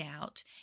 out